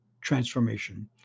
transformation